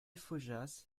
faujas